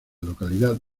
localidad